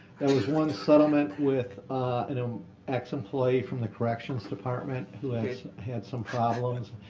that was one settlement with an um ex-employee from the corrections department who had some problems.